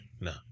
No